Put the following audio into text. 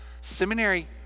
Seminary